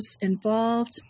involved